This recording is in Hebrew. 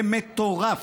זה מטורף.